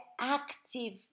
active